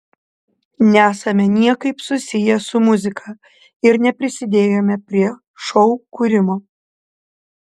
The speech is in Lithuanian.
nesame niekaip susiję su muzika ir neprisidėjome prie šou kūrimo